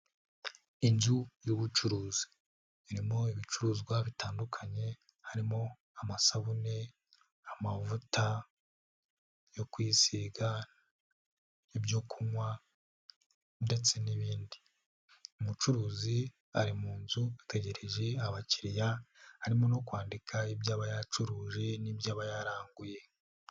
Inzu y'ubucuruzi irimo ibicuruzwa bitandukanye harimo: amasabune, amavuta yo kwisiga, ibyo kunywa ndetse n'ibindi, umucuruzi ari mu nzu ategereje abakiriya arimo no kwandika ibyo aba yacuruje n'ibyo aba yaranguye.